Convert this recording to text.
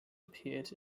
appears